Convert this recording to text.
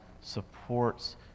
supports